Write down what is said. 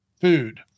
food